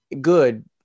good